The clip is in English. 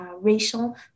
racial